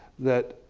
that,